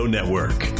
Network